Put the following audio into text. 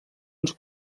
uns